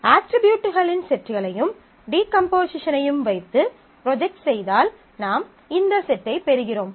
அட்ரிபியூட்களின் செட்டையும் டீ கம்போசிஷன் ஐயும் வைத்து ப்ரொஜெக்ட் செய்தால் நாம் இந்த செட்டைப் பெறுகிறோம்